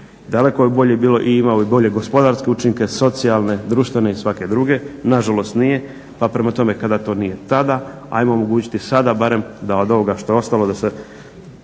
daleko bi bolje bilo i imalo bi bolje gospodarske učinke, socijalne, društvene i svake druge. Nažalost nije, pa prema tome kada to nije tada ajmo omogućiti sada barem da od ovoga što je ostalo da se